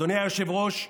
אדוני היושב-ראש,